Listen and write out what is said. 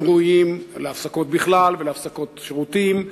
הם ראויים להפסקות בכלל ולהפסקות שירותים,